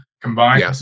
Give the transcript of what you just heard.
combined